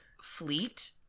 fleet